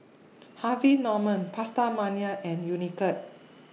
Harvey Norman PastaMania and Unicurd